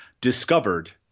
discovered